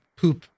poop